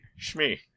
Shmi